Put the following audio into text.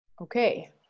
okay